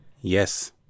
Yes